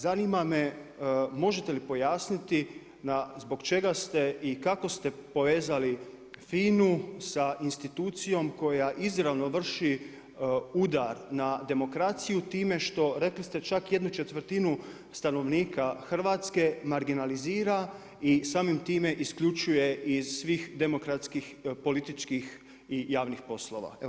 Zanima me možete li pojasniti zbog čega ste i kako ste povezali FINA-u sa institucijom koja izravno vrši udar na demokraciju, time što, rekli čak ¼ stanovnika Hrvatske marginalizira i samim time isključuje iz svih demokratskih političkih javnih poslova.